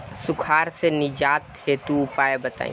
सुखार से निजात हेतु उपाय बताई?